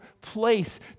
place